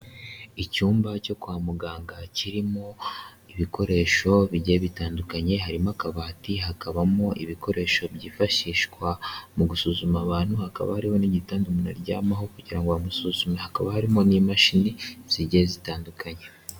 Icyumba cyo kwa muganga kirimo ibikoresho bigiye bitandukanye, harimo akabati hakabamo ibikoresho byifashishwa mu gusuzuma abantu, hakaba hariho n'igitanda umuntu aryamaho kugira ngo bamusuzume, hakaba harimo n'imashini zigiye zitandukanye.